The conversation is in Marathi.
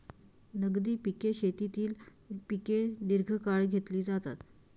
नगदी पिके शेतीतील पिके दीर्घकाळ घेतली जातात